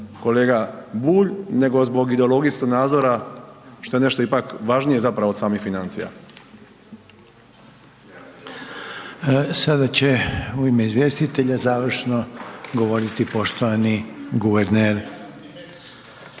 kolega Bulj, nego zbog ideologijskog svjetonadzora što je nešto ipak važnije zapravo od samih financija. **Reiner, Željko (HDZ)** Sada će u ime izvjestitelja završno govoriti poštovani guverner